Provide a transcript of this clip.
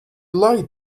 lied